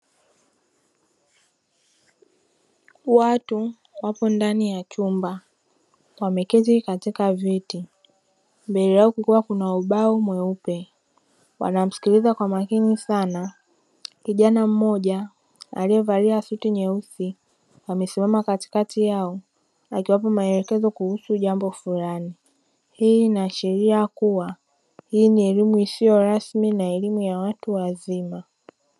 Watu wapo ndani ya chumba wameketi katika viti mbele yao kukiwa kuna ubao mweupe wanamsikiliza kwa makini sana kijana mmoja aliyevalia suti nyeusi, amesimama katikati yao akiwapa maelekezo kuhusu jambo fulani hii ina ashiria kuwa hii ni elimu isiyo rasmi na elimu ya watu wazima.